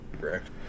correct